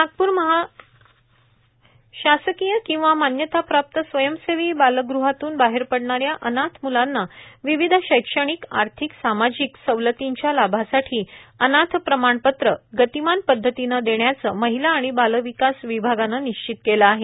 विशेष पंधरवडा मोहीम शासकीय किंवा मान्यताप्राप्त स्वयंसेवी बालगृहातून बाहेर पडणाऱ्या अनाथ म्लांना विविध शैक्षणिक आर्थिक सामाजिक या सवलतींच्या लाभासाठी अनाथ प्रमाणपत्र गतिमान पद्धतीने देण्याचे महिला व बालविकास विभागाने निश्चित केले आहे